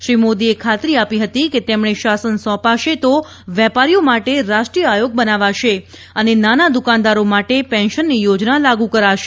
શ્રી મોદીએ ખાતરી આપી હતી કે તેમણે શાસન સોંપાશે તો વેપારીઓ માટે રાષ્ટ્રીય આયોગ બનાવાશે અને નાના દ્વકાનદારો માટે પેન્શનની યોજના લાગુ કરાશે